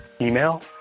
email